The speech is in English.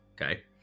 okay